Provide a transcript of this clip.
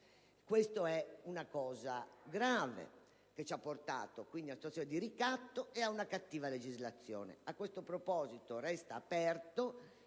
Questo è cosa grave, che ci ha portato ad una situazione di ricatto e ad una cattiva legislazione. A questo proposito, resta aperto